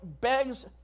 begs